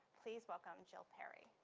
please welcome, jill perry.